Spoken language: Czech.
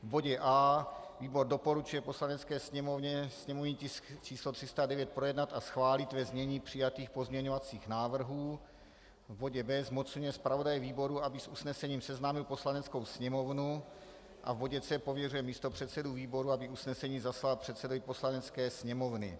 V bodě a) výbor doporučuje Poslanecké sněmovně sněmovní tisk číslo 309 projednat a schválit ve znění přijatých pozměňovacích návrhů, v bodě b) zmocňuje zpravodaje výboru, aby s usnesením seznámil Poslaneckou sněmovnu, a v bodě c) pověřuje místopředsedu výboru, aby usnesení zaslal předsedovi Poslanecké sněmovny.